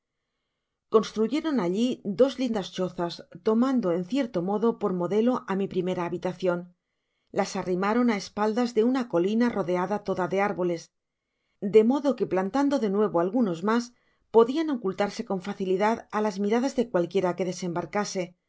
construyeron alli dos lindas chozas tomando en cierto modo por modelo á mi primera habitacion las arrimaron á espaldas de una colina rodeada toda de árboles de modo que plantando de nuevo algunos mas podian ocultarse con facilidad á las miradas de cualquiera que desembarcase